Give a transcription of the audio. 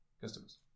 customers